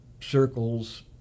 circles